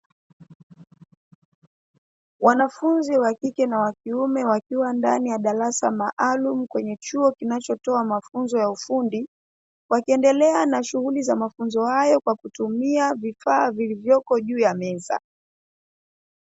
Wanafunzi wa kike na wa kiume wakiwa ndani ya darasa maalumu kwenye chuo kinachotoa mafunzo ya ufundi, wakiendelea na shughuli za mafunzo hayo kwa kutumia vifaa vilivyopo juu ya meza.